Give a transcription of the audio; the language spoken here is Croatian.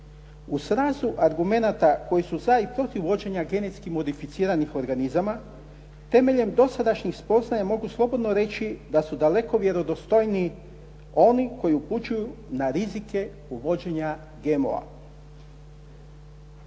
U srazu argumenata koji su za i protiv uvođenja genetski modificiranih organizama, temeljem dosadašnjih spoznaja mogu slobodno reći da su daleko vjerodostojniji oni koji upućuju na rizike uvođenja GMO-a.